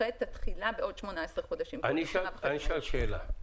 שדוחה את התחילה בעוד 18 חודשים --- אני אשאל שאלה,